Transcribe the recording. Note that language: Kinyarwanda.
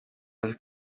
bazi